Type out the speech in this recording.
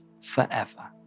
forever